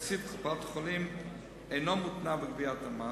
תקציב קופת-חולים אינו מותנה בגביית המס,